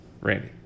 Randy